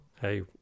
hey